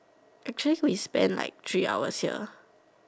actually we spend like three hours here